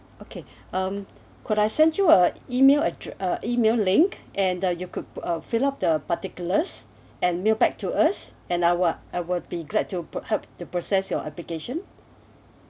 okay um could I send you a email addr~ uh email link and uh you could uh fill up the particulars and mail back to us and I what I will be glad pro~ help to process your application